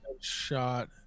shot